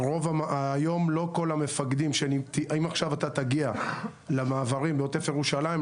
אם עכשיו אתה תגיד למרחב עוטף ירושלים,